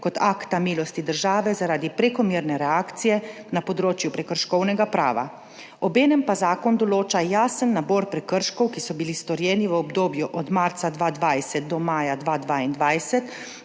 kot akta milosti države zaradi prekomerne reakcije na področju prekrškovnega prava. Obenem pa zakon določa jasen nabor prekrškov, ki so bili storjeni v obdobju od marca 2020 do maja 2022,